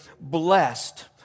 blessed